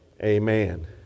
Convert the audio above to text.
amen